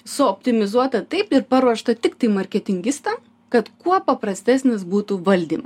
suoptimizuota taip ir paruošta tiktai marketingistam kad kuo paprastesnis būtų valdym